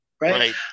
Right